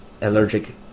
allergic